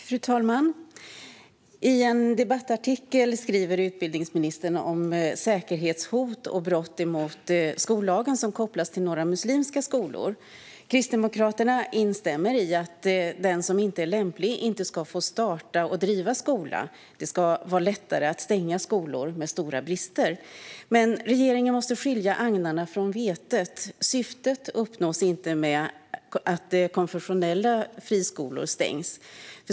Fru talman! I en debattartikel skriver utbildningsministern om säkerhetshot och brott mot skollagen som kopplas till några muslimska skolor. Kristdemokraterna instämmer i att den som inte är lämplig inte ska få starta och driva skola. Det ska vara lättare att stänga skolor med stora brister. Men regeringen måste skilja agnarna från vetet. Syftet uppnås inte genom att konfessionella friskolor stängs.